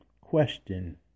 Question